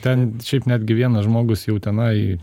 ten šiaip netgi vienas žmogus jau tenai